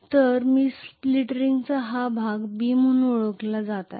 तर मी स्प्लिट रिंगचा हा भाग बी म्हणून ओळखला जात आहे